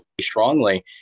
strongly